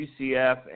UCF